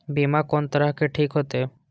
बीमा कोन तरह के ठीक होते?